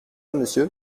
monsieur